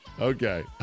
Okay